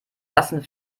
lassen